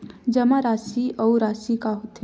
जमा राशि अउ राशि का होथे?